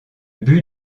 but